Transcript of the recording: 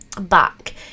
back